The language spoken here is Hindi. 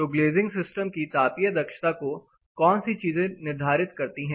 तो ग्लेजिंग सिस्टम की तापीय दक्षता को कौन सी चीजें निर्धारित करती हैं